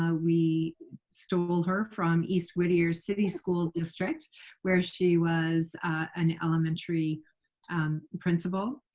ah we stole her from east whittier city school district where she was an elementary principal.